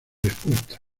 respuestas